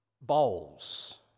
Bowls